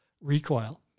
recoil